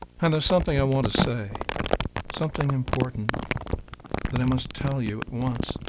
and there's something i want to say something important that i must tell you at once.